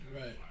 Right